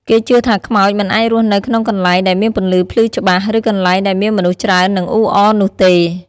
គេជឿថាខ្មោចមិនអាចរស់នៅក្នុងកន្លែងដែលមានពន្លឺភ្លឺច្បាស់ ឬកន្លែងដែលមានមនុស្សច្រើននឹងអ៊ូអរនោះទេ ។